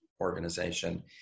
organization